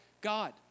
God